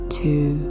two